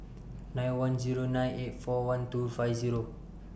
nine one Zero nine eight four one two five Zero